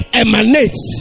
emanates